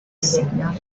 signal